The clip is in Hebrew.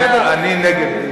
אני נגד.